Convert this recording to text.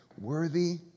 Worthy